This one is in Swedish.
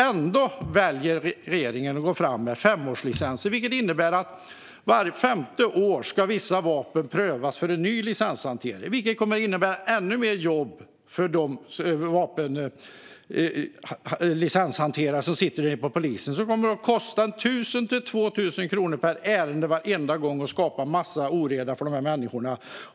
Ändå väljer regeringen att gå fram med femårslicenser. Det innebär att vissa vapen ska prövas för en ny licens vart femte år, vilket kommer att innebära ännu mer jobb för dem som hanterar vapenlicenser hos polisen. Det kommer att kosta 1 000-2 000 kronor per ärende varenda gång och skapa en massa oreda för dessa människor.